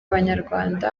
abanyarwanda